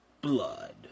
Blood